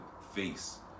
face